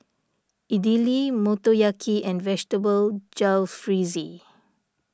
Idili Motoyaki and Vegetable Jalfrezi